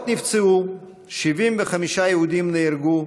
מאות נפצעו, 75 יהודים נהרגו,